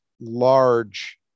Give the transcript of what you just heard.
large